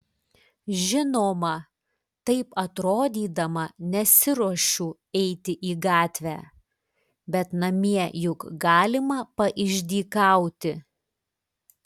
žinoma taip atrodydama nesiruošiu eiti į gatvę bet namie juk galima paišdykauti